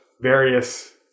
various